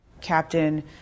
Captain